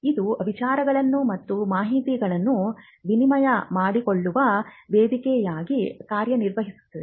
ಇದು ವಿಚಾರಗಳು ಮತ್ತು ಮಾಹಿತಿಯನ್ನು ವಿನಿಮಯ ಮಾಡಿಕೊಳ್ಳುವ ವೇದಿಕೆಯಾಗಿ ಕಾರ್ಯನಿರ್ವಹಿಸುತ್ತದೆ